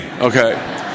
okay